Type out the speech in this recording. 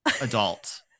Adult